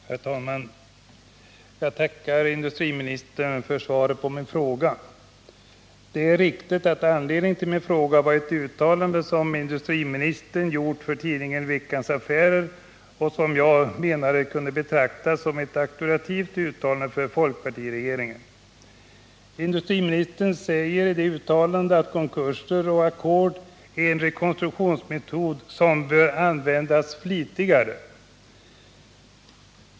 Herr talman! Jag tackar industriministern för svaret på min fråga. Det är riktigt att anledningen till denna fråga var ett uttalande som industriministern gjort för tidningen Veckans Affärer, som jag menade kunde betraktas som ett auktoritativt uttalande på folkpartiregeringens vägnar. Industriministern säger i det uttalandet att ”konkurser och ackord är en rekonstruktionsmetod som bör användas flitigare”.